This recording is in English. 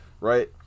right